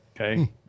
okay